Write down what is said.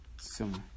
similar